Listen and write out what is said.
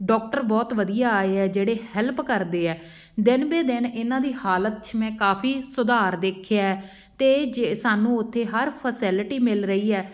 doctor ਬਹੁਤ ਵਧੀਆ ਆਏ ਆ ਜਿਹੜੇ ਹੈਲਪ ਕਰਦੇ ਹੈ ਦਿਨ ਬੇ ਦਿਨ ਇਹਨਾਂ ਦੀ ਹਾਲਤ 'ਚ ਮੈਂ ਕਾਫ਼ੀ ਸੁਧਾਰ ਦੇਖਿਆ ਅਤੇ ਜੇ ਸਾਨੂੰ ਉੱਥੇ ਹਰ ਫੈਸਿਲਿਟੀ ਮਿਲ ਰਹੀ ਹੈ